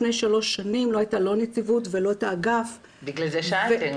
לפני שלוש שנים לא הייתה לא נציבות ולא את האגף --- בגלל זה שאלתי.